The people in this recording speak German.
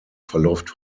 verläuft